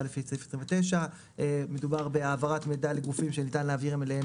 לפי סעיף 29. מדובר בהעברת מידע לגופים שניתן להעביר אליהם